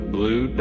Blue